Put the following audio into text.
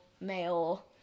male